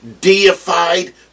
deified